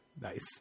Nice